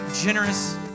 generous